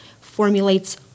formulates